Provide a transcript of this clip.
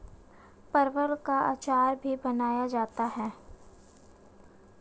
परवल का अचार भी बनाया जाता है